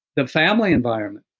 the family environment?